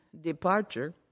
departure